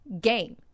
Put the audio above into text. game